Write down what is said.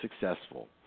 successful